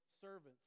servants